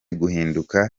guhinduka